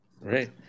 Right